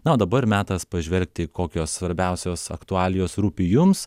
na o dabar metas pažvelgti kokios svarbiausios aktualijos rūpi jums